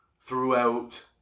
throughout